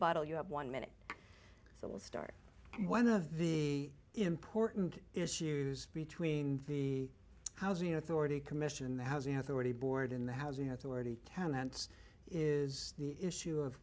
rebuttal you have one minute so we'll start one of the important issues between the housing authority commission the housing authority board in the housing authority comments is the issue of